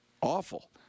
awful